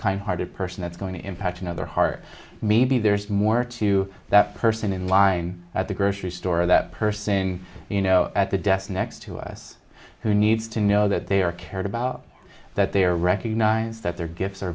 kind hearted person that's going to impact another heart maybe there's more to that person in line at the grocery store or that person you know at the desk next to us who needs to know that they are cared about that they are recognize that their gifts